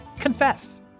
Confess